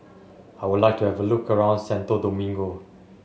I would like to have a look around Santo Domingo